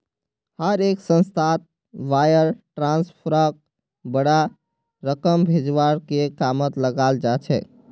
हर एक संस्थात वायर ट्रांस्फरक बडा रकम भेजवार के कामत लगाल जा छेक